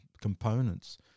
components